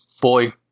boy